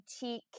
boutique